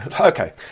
okay